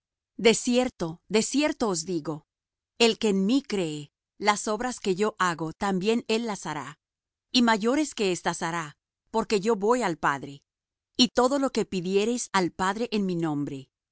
de cierto os digo el que en mí cree las obras que yo hago también él las hará y mayores que éstas hará porque yo voy al padre y todo lo que pidiereis al padre en mi nombre